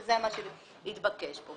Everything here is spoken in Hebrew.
שזה מה שהתבקש כאן.